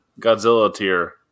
Godzilla-tier